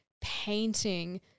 painting